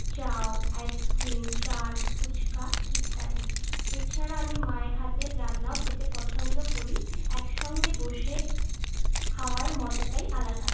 চাউ ice cream chaat phuchka ইত্যাদি এছাড়া আমি মায়ের হাতের রান্নাও খেতে পছন্দ করি একসঙ্গে বসে খাওয়ার মজাটাই আলাদা